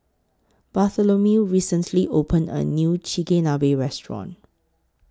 Bartholomew recently opened A New Chigenabe Restaurant